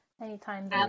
anytime